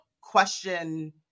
question